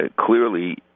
clearly